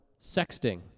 sexting